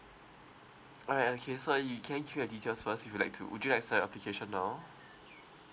all right okay so uh can you give me your details first if you'd like to would you like to start your application now